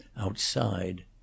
outside